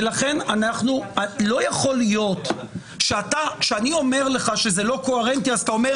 לכן לא יכול להיות שאני אומר לך שזה לא קוהרנטי ואתה אומר,